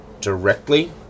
directly